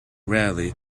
rarely